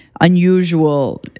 unusual